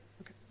Okay